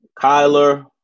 Kyler